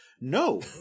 No